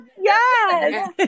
Yes